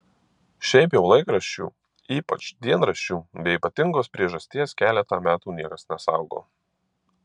šiaip jau laikraščių ypač dienraščių be ypatingos priežasties keletą metų niekas nesaugo